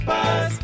Buzz